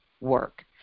work